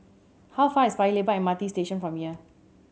how far is Paya Lebar M R T Station from here